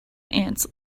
ants